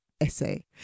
essay